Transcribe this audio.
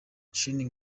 shining